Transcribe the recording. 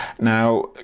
now